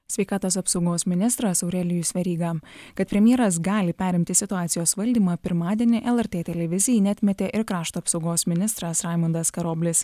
sveikatos apsaugos ministras aurelijus veryga kad premjeras gali perimti situacijos valdymą pirmadienį lrt televizijai neatmetė ir krašto apsaugos ministras raimundas karoblis